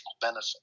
benefit